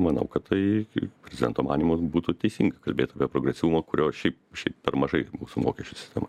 manau kad tai prezidento manymu būtų teisinga kalbėt apie progresyvumą kurio šiaip šiaip per mažai mūsų mokesčių sistemoj